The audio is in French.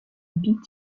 beat